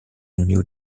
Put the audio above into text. new